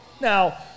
Now